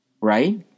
right